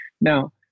now